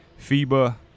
FIBA